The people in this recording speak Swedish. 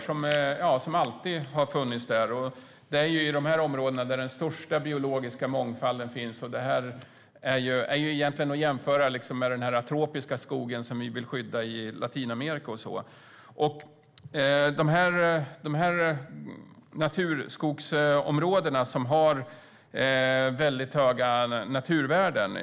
Den har alltid funnits. Det är i de här områdena som den största biologiska mångfalden finns. Denna skog är egentligen att jämföra med den tropiska skog som vi vill skydda i Latinamerika. De här naturskogsområdena har väldigt höga naturvärden.